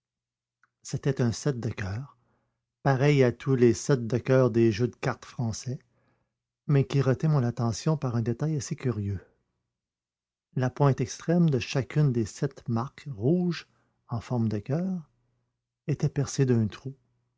c'était un sept de coeur pareil à tous les sept de coeur des jeux de cartes français mais qui retint mon attention par un détail assez curieux la pointe extrême de chacune des sept marques rouges en forme de coeur était percée d'un trou